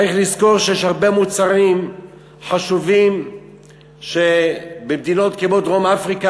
צריך לזכור שיש הרבה מוצרים חשובים שבמדינות כמו דרום-אפריקה,